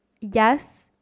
Yes